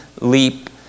leap